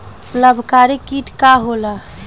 लाभकारी कीट का होला?